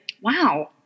wow